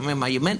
לפעמים הימין.